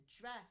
dress